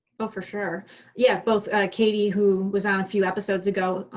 oh, for sure yeah, both katie, who was on a few episodes ago,